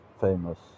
famous